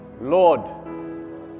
lord